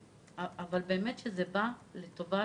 אבל באמת שזה בא לטובת